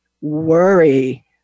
worry